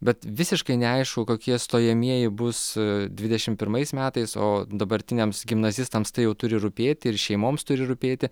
bet visiškai neaišku kokie stojamieji bus dvidešimt pirmais metais o dabartiniams gimnazistams tai jau turi rūpėti ir šeimoms turi rūpėti